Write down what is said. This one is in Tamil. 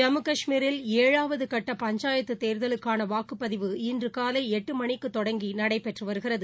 ஜம்மு கஷ்மீரில் ஏழாவது கட்ட பஞ்சாயத்து தேர்தலுக்கான வாக்குப்பதிவு இன்று காலை எட்டு மணிக்கு தொடங்கி நடைபெற்று வருகிறது